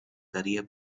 career